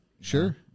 Sure